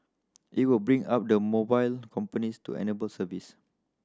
it will been up the mobile companies to enable service